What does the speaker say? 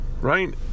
right